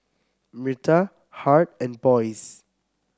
Myrta Hart and Boyce